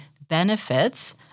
benefits